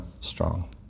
strong